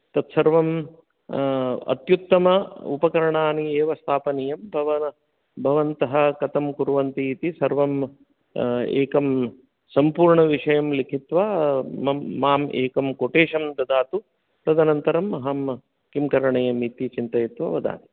तत्सर्वं अत्युत्तम उपकराणि एव स्थापनीयं पवर भवन्तः कथं कुर्वन्ति इति सर्वं एकं सम्पूर्णविषयं लिखित्वा मं माम् एकं कोटेशन् ददातु तदनन्तरम् अहं किं करणीयम् इति चिन्तयित्वा वदामि